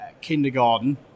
kindergarten